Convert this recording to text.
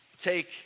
take